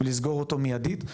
ולסגור אותו מידית,